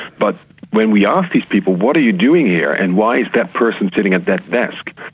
but when we asked these people, what are you doing here, and why is that person sitting at that desk?